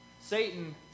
Satan